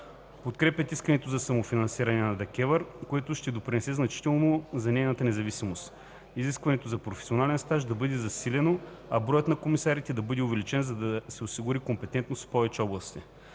Подкрепят искането за самофинансиране на ДКЕВР, което ще допринесе значително за нейната независимост. Изискването за професионален стаж да бъде засилено, а броят на комисарите да бъде увеличен, за да се осигури компетентност в повече области.